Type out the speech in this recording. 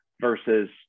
versus